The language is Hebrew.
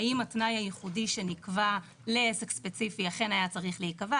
האם התנאי הייחודי שנקבע לעסק ספציפי אכן היה צריך להיקבע.